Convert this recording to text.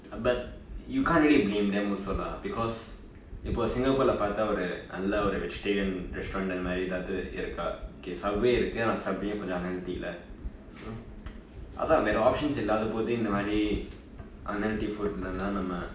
but you can't really blame them also lah because இப்பொ:ippo singapore பாத்தா நல்ல ஒறு:paathaa nalla oru vegetarian restaurant மாதிரி எதாவது இருக்கா:maathiri ethaavathu irukaa okay subway இருக்கு ஆனா:irukku aanaa subway கொன்ஜொ:konjo unhealthy so ஆதான் வேர:athaan vera options இல்லாதபோது இந்த மாதிரி:ilaathabothu intha maathiri unhealthy food நம்ம:namma